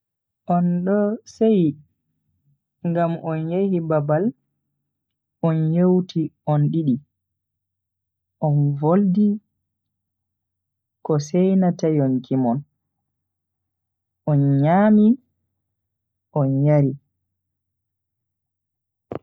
On do seyi ngam on yehi babal on yewti on didi. On voldi ko seinata yonki mon, on nyami on yari.